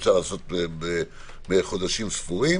אפשר לעשות בחודשים ספורים